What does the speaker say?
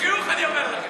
חבר הכנסת אורן חזן,